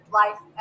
life